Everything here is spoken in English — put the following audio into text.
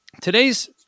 today's